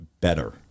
better